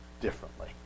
differently